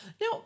Now